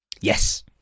Yes